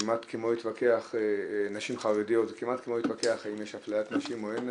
זה כמעט כמו להתווכח האם יש אפליית נשים או אין,